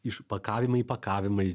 išpakavimai įpakavimai